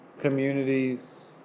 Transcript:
communities